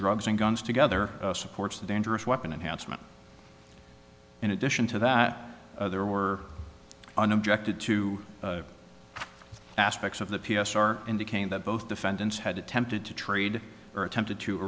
drugs and guns together supports the dangerous weapon enhancement in addition to that there were an objected to aspects of the p s r indicating that both defendants had attempted to trade or attempted to